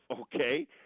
Okay